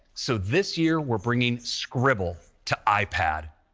so this year, we're bringing scribble to ipad.